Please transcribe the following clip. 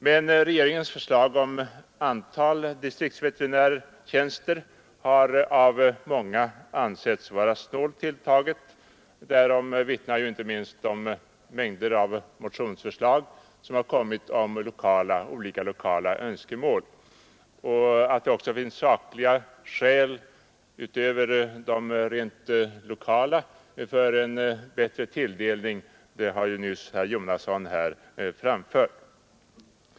Men antalet distriktsveterinärtjänster har av många ansetts vara snålt tilltaget i regeringsförslaget, det visar inte minst de många motioner med lokala önskemål som har väckts. Att det också finns sakliga skäl utöver de lokala för en bättre tilldelning har herr Jonasson nyss påvisat.